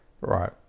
Right